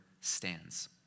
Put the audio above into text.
stands